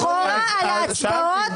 להצבעות.